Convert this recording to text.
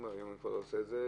היום אני כבר לא עושה את זה.